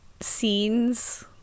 scenes